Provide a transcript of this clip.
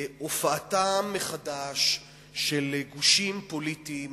להופעתם מחדש של גושים פוליטיים,